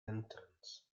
entrance